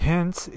Hence